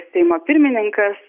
seimo pirmininkas